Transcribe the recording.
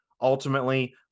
ultimately